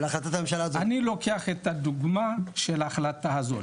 אני לוקח את הדוגמא של ההחלטה הזאת,